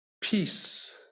peace